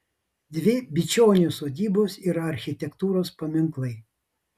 dvi bičionių sodybos yra architektūros paminklai